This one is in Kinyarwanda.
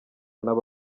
n’abo